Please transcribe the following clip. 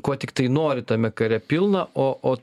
kuo tiktai nori tame kare pilna o o